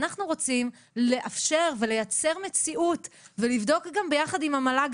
אנחנו רוצים לאפשר ולייצר מציאות ולבדוק גם ביחד עם המל"ג,